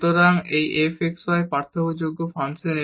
সুতরাং এই f x y একটি ডিফারেনশিয়েবল ফাংশন